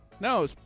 No